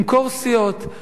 למכור סיעות.